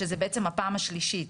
שזאת בעצם הפעם השלישית,